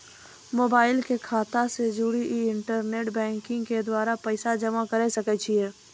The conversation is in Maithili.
मोबाइल के खाता से जोड़ी के इंटरनेट बैंकिंग के द्वारा पैसा जमा करे सकय छियै?